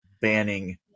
Banning